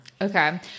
Okay